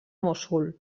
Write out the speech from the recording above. mossul